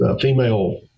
female